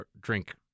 drink